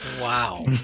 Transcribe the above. Wow